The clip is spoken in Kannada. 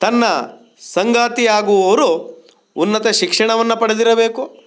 ತನ್ನ ಸಂಗಾತಿಯಾಗುವವರು ಉನ್ನತ ಶಿಕ್ಷಣವನ್ನು ಪಡೆದಿರಬೇಕು